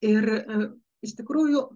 ir iš tikrųjų